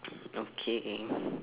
okay